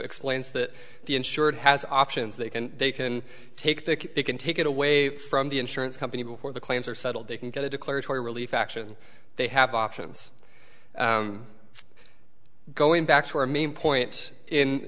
explains that the insured has options they can they can take that they can take it away from the insurance company before the claims are settled they can get a declaratory relief action they have options going back to our main point in